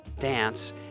dance